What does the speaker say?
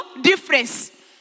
difference